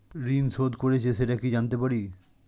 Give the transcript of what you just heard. ঋণ শোধ করেছে সেটা কি জানতে পারি?